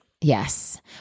Yes